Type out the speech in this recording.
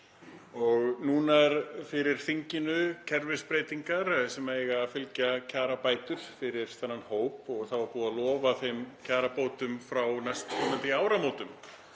eru fyrir þinginu kerfisbreytingar sem eiga að fylgja kjarabætur fyrir þennan hóp. Það var búið að lofa þeim kjarabótum frá næstkomandi áramótum